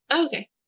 Okay